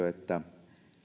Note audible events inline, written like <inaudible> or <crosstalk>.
<unintelligible> että